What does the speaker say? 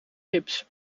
gips